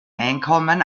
einkommen